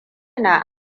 na